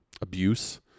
abuse